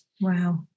Wow